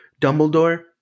Dumbledore